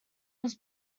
was